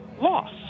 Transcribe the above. loss